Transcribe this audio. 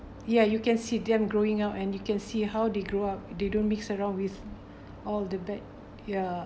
ya you can see them growing up and you can see how they grow up they don't mix around with all the bad ya